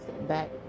back